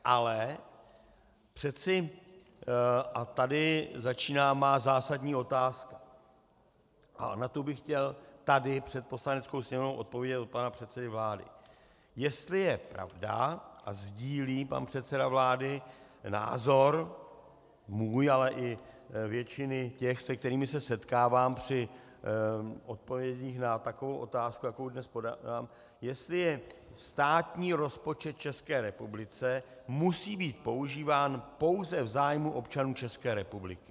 Ale přece, a tady začíná má zásadní otázka a na tu bych chtěl tady před Poslaneckou sněmovnou odpovědět od pana předsedy vlády jestli je pravda a sdílí pan předseda vlády názor můj, ale i většiny těch, se kterými se setkávám při odpovědích na takovou otázku, jakou dnes podávám, jestli státní rozpočet v České republice musí být používán pouze v zájmu občanů České republiky.